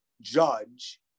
judge